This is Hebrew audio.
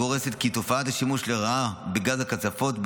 הגורסות כי תופעת השימוש לרעה בגז הקצפות,